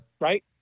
Right